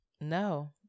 No